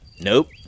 Nope